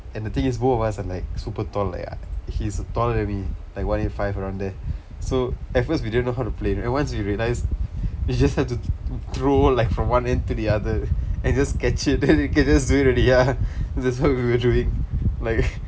and the thing is both of us are like super tall like he's taller than me like one eight five around there so at first we didn't know how to play like once we realize we just hard to to throw like from one end to the other and just catch it then you can just do it already ya that's what we were doing like